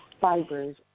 fibers